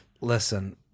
listen